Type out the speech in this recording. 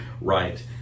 right